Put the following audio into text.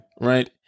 right